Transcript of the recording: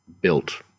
built